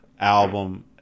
album